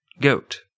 Goat